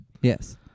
Yes